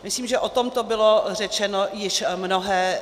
Myslím si, že o tomto bylo řečeno již mnohé.